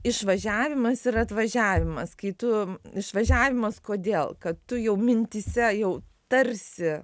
išvažiavimas ir atvažiavimas kai tu išvažiavimas kodėl kad tu jau mintyse jau tarsi